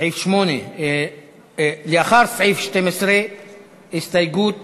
הסתייגות מס' 8, לאחר סעיף 12. הסתייגות